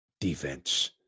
defense